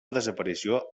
desaparició